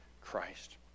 Christ